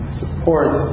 support